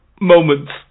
moments